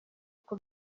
uko